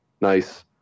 nice